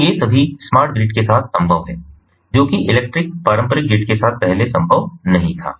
तो ये सभी स्मार्ट ग्रिड के साथ संभव हैं जो कि इलेक्ट्रिक पारंपरिक ग्रिड के साथ पहले संभव नहीं था